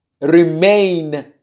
Remain